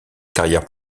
carrière